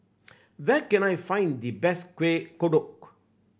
where can I find the best Kueh Kodok